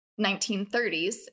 1930s